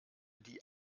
die